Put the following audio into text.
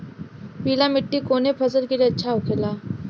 पीला मिट्टी कोने फसल के लिए अच्छा होखे ला?